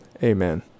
Amen